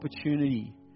opportunity